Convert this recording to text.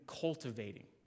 cultivating